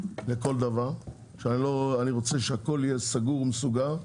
מה שהוא רוצה הוא יכניס שם,